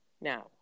now